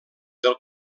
del